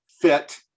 fit